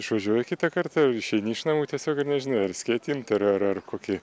išvažiuoji kitą kartą ar išeini iš namų tiesiog ir nežinai ar skėtį imti ar ar kokį